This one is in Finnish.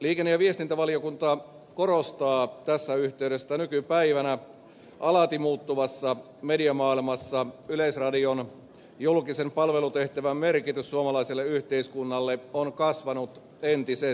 liikenne ja viestintävaliokunta korostaa tässä yhteydessä että nykypäivänä alati muuttuvassa mediamaailmassa yleisradion julkisen palvelutehtävän merkitys suomalaiselle yhteiskunnalle on kasvanut entisestään